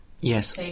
Yes